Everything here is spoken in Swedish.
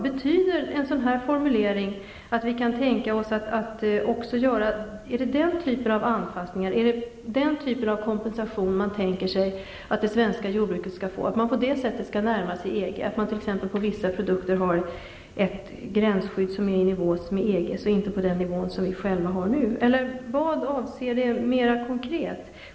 Betyder en sådan här formulering att det är den typen av kompensation man tänker sig att det svenska jordbruket skall få, att Sverige på det sättet skall närma sig EG, att gränsskyddet för vissa produkter t.ex. är i nivå med EG:s? Eller vad betyder det mera konkret?